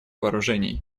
вооружений